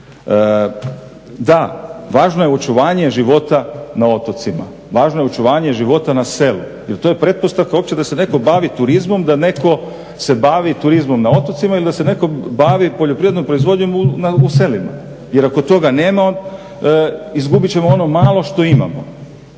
Da, važno je očuvanje života na otocima, važno je očuvanje života na selu jer to je pretpostavka uopće da se netko bavi turizmom, da netko se bavi turizmom na otocima ili da se netko bavi poljoprivrednom proizvodnjom u selima. Jer ako toga nema izgubit ćemo ono malo što imamo.